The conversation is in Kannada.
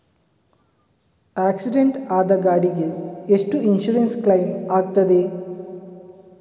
ಆಕ್ಸಿಡೆಂಟ್ ಆದ ಗಾಡಿಗೆ ಎಷ್ಟು ಇನ್ಸೂರೆನ್ಸ್ ಕ್ಲೇಮ್ ಆಗ್ತದೆ?